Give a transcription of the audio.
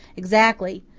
exactly.